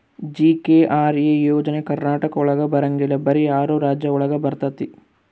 GKRA ಯೋಜನೆ ಕರ್ನಾಟಕ ಒಳಗ ಬರಂಗಿಲ್ಲ ಬರೀ ಆರು ರಾಜ್ಯ ಒಳಗ ಬರ್ತಾತಿ